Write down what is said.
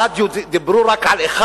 ברדיו דיברו רק על אחד?